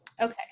Okay